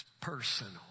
personal